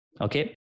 okay